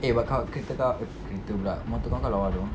eh but kau kereta kau kereta pula motor kau lawa though